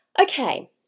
Okay